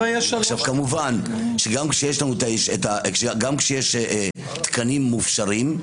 כמובן שגם כשיש תקנים מופשרים,